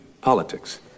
politics